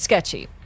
sketchy